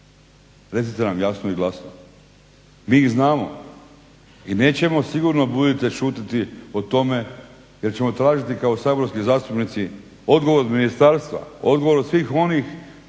Recite nam jasno i glasno. Mi ih znamo i nećemo sigurno budite šutiti o tome jer ćemo tražiti kao saborski zastupnici odgovor od ministarstva, odgovor od svih onih